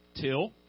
Till